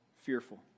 fearful